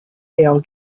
dale